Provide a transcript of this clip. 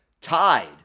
tied